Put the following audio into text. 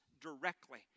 directly